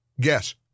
Guess